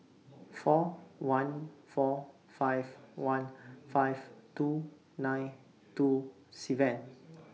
four one four five one five two nine two seven